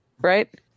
right